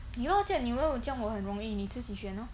你 loh 叫你以为我叫我很容易你自己选 loh